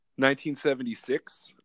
1976